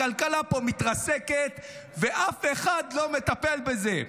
הכלכלה פה מתרסקת ואף אחד לא מטפל בזה.